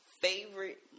Favorite